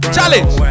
Challenge